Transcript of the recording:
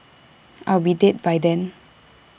I'll be dead by then